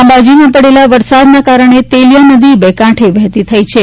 અંબાજીમાં પડેલા વરસાદને કારણે તેલિયા નદી બે કાંઠે વહેતી થઇ છે